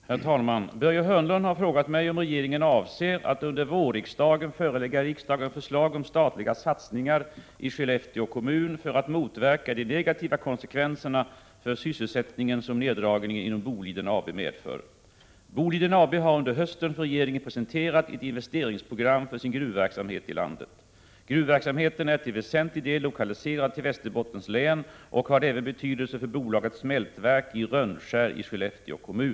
Herr talman! Börje Hörnlund har frågat mig om regeringen avser att under vårriksdagen förelägga riksdagen förslag om statliga satsningar i Skellefteå kommun för att motverka de negativa konsekvenser för sysselsättningen som neddragningen inom Boliden AB medför. Boliden AB har under hösten för regeringen presenterat ett investerings — Prot. 1987/88:43 program för sin gruvverksamhet i landet. Gruvverksamheten är till väsentlig — 11 december 1987 del lokaliserad till Västerbottens län och har även betydelse för bolagets : É Om regionalpolitiska smältverk i Rönnskär i Skellefteå kommun.